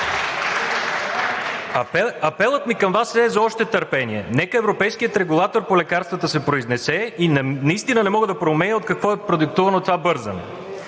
Апелът ми към Вас е за още търпение. Нека Европейският регулатор по лекарствата се произнесе. Наистина не мога да проумея от какво е продиктувано това бързане?!